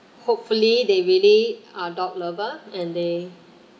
hopefully they really are dog lover and they